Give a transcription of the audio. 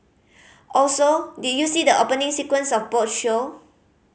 also did you see the opening sequence of both show